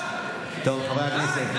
חבר הכנסת,